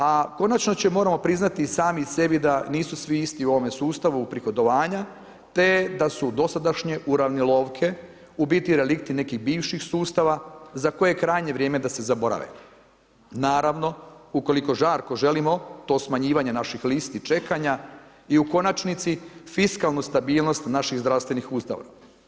A konačno ćemo, moramo priznati i sami sebi da nisu svi isti u ovome sustavu uprihodovanja te da su dosadašnje uravnilovke u biti relikti nekih bivših sustava za koje je krajnje vrijeme da se zaborave, naravno ukoliko žarko želimo to smanjivanje naših listi čekanja i u konačnici fiskalnu stabilnost naših zdravstvenih ustanova.